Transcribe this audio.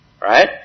right